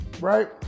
right